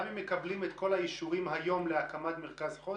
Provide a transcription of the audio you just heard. גם אם מקבלים היום את כל האישורים להקמת מרכז חוסן,